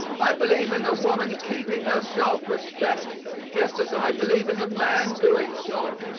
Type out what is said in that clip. i believe in the woman keeping her self-respect just as i believe in the man doing so.